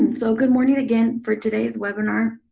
so good morning again for today's webinar.